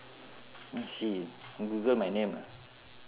let's see google my name ah